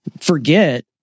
forget